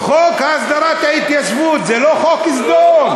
חוק הסדרת ההתיישבות זה לא חוק סדום?